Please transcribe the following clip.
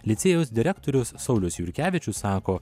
licėjaus direktorius saulius jurkevičius sako